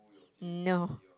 no